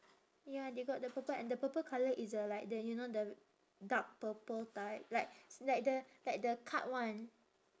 ya they got the purple and the purple colour is a like the you know the dark purple type like like the like the card [one]